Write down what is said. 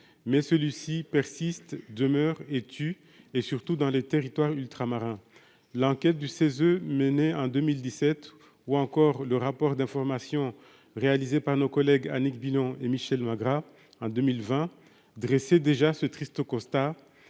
mais celui-ci persiste demeure et tu es surtout dans les territoires ultramarins l'enquête du CESE, menée en 2017, ou encore le rapport d'information réalisé par nos collègues Annick Billon et Michel Magras en 2020 dressé déjà ce triste constat,